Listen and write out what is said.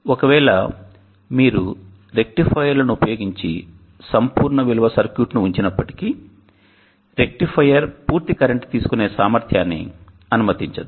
ఒకవేళ మీరు రెక్టిఫైయర్లను ఉపయోగించి సంపూర్ణ విలువ సర్క్యూట్ను ఉంచినప్పటికీ రెక్టిఫైయర్ పూర్తి కరెంట్ తీసుకొనే సామర్థ్యాన్ని అనుమతించదు